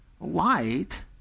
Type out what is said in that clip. Light